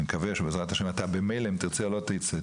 אם תרצה ואם לא תרצה,